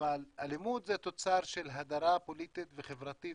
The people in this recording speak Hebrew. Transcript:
אבל אלימות זה תוצר של הדרה פוליטית וחברתית.